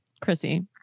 Chrissy